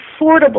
affordable